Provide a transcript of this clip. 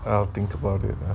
I will think about it lah